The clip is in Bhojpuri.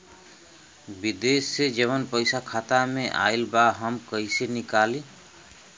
विदेश से जवन पैसा खाता में आईल बा हम कईसे निकाली?